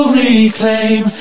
reclaim